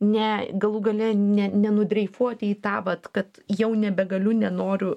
ne galų gale ne nenudreifuoti į tą vat kad jau nebegaliu nenoriu